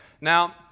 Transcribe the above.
Now